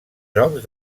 jocs